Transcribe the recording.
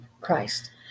Christ